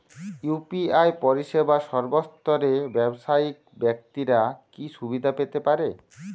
UPI পরিসেবা সর্বস্তরের ব্যাবসায়িক ব্যাক্তিরা কি সুবিধা পেতে পারে?